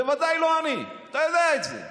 ודאי לא אני, אתה יודע את זה.